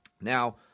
Now